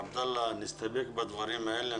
עבדאללה, נסתפק בדברים האלה.